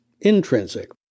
intrinsic